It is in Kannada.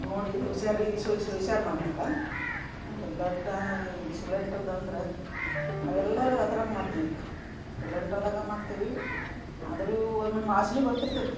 ನೋಡಿ ಹುಷಾರಿ ಶು ಶು ಹುಷಾರ್ ಮಾಡ್ಬೇಕು ಅದು ದೊಡ್ಡ ಸಿಲಿಂಡ್ರಿದು ಅಂದ್ರೆ ನಾವೆಲ್ಲರೂ ಅದ್ರಾಗ ಮಾಡ್ತೀವಿ ಈಗ ಸಿಲಿಂಡ್ರಿದಾಗ ಮಾಡ್ತೀವಿ ಆದರೂ ಒಮ್ಮೊಮ್ಮೆ ವಾಸ್ನೆ ಬರ್ತಾ ಇರ್ತೈತಿ